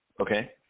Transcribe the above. Okay